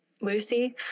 Lucy